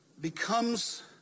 becomes